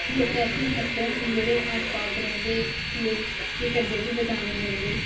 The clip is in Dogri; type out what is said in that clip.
फिह् लोकें आस्ते समस्या होई जंदी जेहडे़ आस पास रौंहदेफिह् केह् करदे कि बचाने गी जंदे